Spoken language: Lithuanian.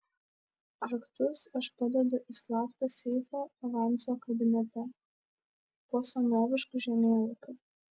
raktus aš padedu į slaptą seifą evanso kabinete po senovišku žemėlapiu